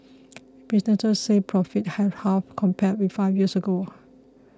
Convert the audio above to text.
businesses said profits have halved compared with five years ago